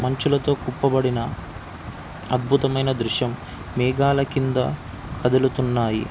మంచుతో కప్పబడిన అద్భుతమైన దృశ్యం మేఘాలు కింద కదులుతున్నాయి